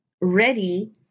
ready